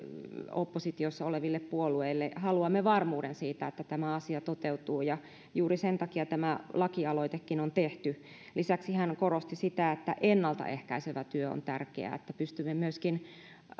oppositiossa oleville puolueille haluamme varmuuden siitä että tämä asia toteutuu ja juuri sen takia tämä lakialoitekin on tehty lisäksi hän korosti sitä että ennalta ehkäisevä työ on tärkeää että pystymme myöskin